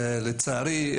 לצערי,